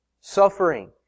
Suffering